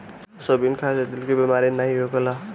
soybean खाए से दिल के बेमारी नाइ होखेला